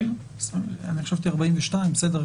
אני חשבתי 42. בסדר,